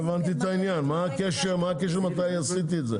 לא הבנתי מה הקשר מתי רכשתי את כרטיס הטיסה.